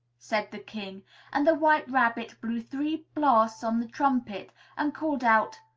said the king and the white rabbit blew three blasts on the trumpet and called out,